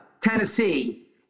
Tennessee